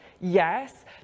Yes